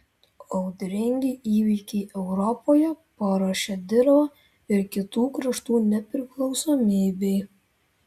audringi įvykiai europoje paruošė dirvą ir kitų kraštų nepriklausomybei